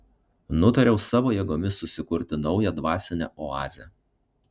nutariau savo jėgomis susikurti naują dvasinę oazę